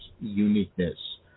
uniqueness